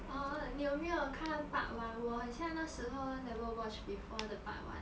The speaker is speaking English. orh 你有没有看那个 part one 我好像那时候 never watch before the part one